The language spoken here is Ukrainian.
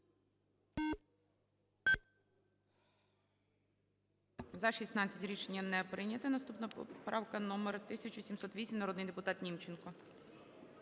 За-16 Рішення не прийнято. Наступна поправка номер 1708. Народний депутат Німченко.